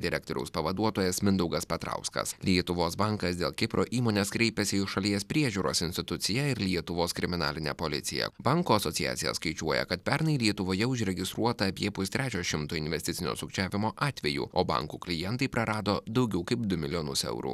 direktoriaus pavaduotojas mindaugas petrauskas lietuvos bankas dėl kipro įmonės kreipiasi į šalies priežiūros instituciją ir lietuvos kriminalinę policiją banko asociacija skaičiuoja kad pernai lietuvoje užregistruota apie pustrečio šimto investicinio sukčiavimo atvejų o bankų klientai prarado daugiau kaip du milijonus eurų